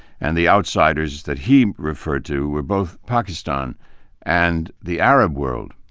and the outsiders that he referred to were both pakistan and the arab world.